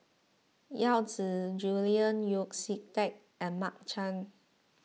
Yao Zi Julian Yeo See Teck and Mark Chan